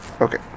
Okay